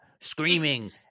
screaming